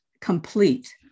complete